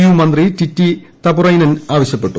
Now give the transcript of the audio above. U മന്ത്രി ടിറ്റി തപുറയ്നൻ ആവശ്യപ്പെട്ടു